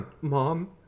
Mom